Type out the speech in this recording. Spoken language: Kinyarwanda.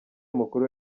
mukuru